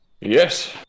Yes